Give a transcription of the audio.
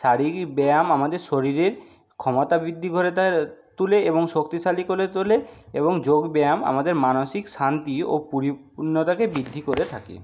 শারীরিক ব্যায়াম আমাদের শরীরের ক্ষমতা বৃদ্ধি করে দেয় তুলে এবং শক্তিশালী করে তোলে এবং যোগ ব্যায়াম আমাদের মানসিক শান্তি ও পরিপূর্ণতাকে বৃদ্ধি করে থাকে